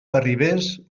arribés